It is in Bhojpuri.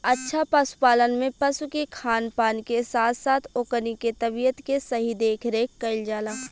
अच्छा पशुपालन में पशु के खान पान के साथ साथ ओकनी के तबियत के सही देखरेख कईल जाला